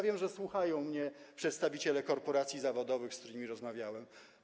Wiem, że słuchają mnie przedstawiciele korporacji zawodowych, z którymi rozmawiałem.